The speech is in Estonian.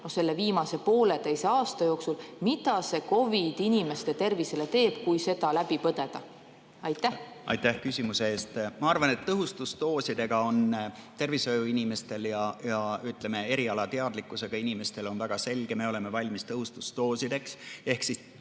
selle viimase pooleteise aasta jooksul? Mida COVID inimeste tervisele teeb, kui see läbi põdeda? Aitäh küsimuse eest! Ma arvan, et tõhustusdooside küsimus on tervishoiuinimestel, ütleme, erialateadlikkusega inimestel väga selge. Me oleme valmis tõhustusdoosideks.